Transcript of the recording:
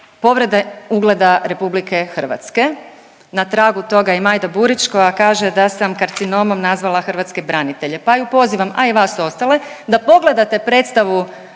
povrede ugleda RH. Na tragu toga je i Majda Burić koja kaže da sam karcinomom nazvala hrvatske branitelje, pa ju pozivam a i vas ostale da pogledate predstavu